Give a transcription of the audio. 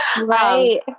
right